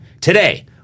today